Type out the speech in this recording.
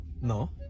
No